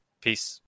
Peace